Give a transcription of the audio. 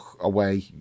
away